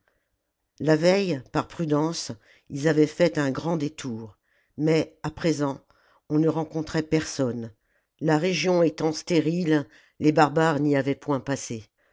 la veille par prudence ils avaient fait un grand détour mais à présent on ne rencontrait personne la région étant stérile les barbares n'y avaient point passé